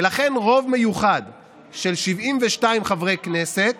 ולכן, רוב מיוחד של 72 חברי כנסת